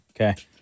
Okay